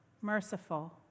merciful